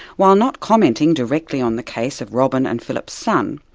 while not commenting directly on the case of robyn and phillip's son,